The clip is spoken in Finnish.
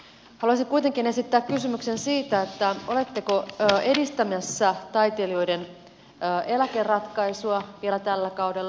haluaisin kuitenkin esittää kysymyksen siitä oletteko edistämässä taiteilijoiden eläkeratkaisua vielä tällä kaudella